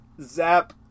Zap